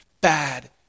bad